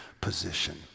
position